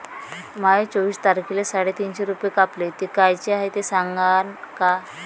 माये चोवीस तारखेले साडेतीनशे रूपे कापले, ते कायचे हाय ते सांगान का?